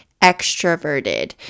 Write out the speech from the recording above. extroverted